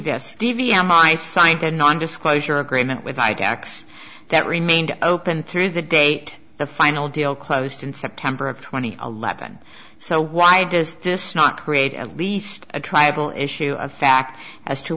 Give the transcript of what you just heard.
this d v m i signed a non disclosure agreement with hijacks that remained open through the date the final deal closed in september of twenty eleven so why does this not create at least a triable issue of fact as to